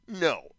No